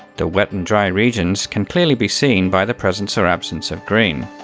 the wet and dry regions can clearly be seen by the presence or absence of green.